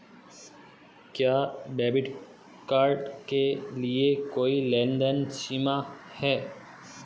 क्या debit card के लिए कोई लेनदेन सीमा है?